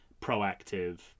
proactive